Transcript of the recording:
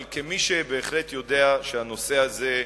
אבל כמי שבהחלט יודע שהנושא הזה,